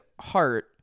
heart